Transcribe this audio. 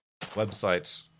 website